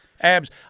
Abs